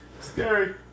Scary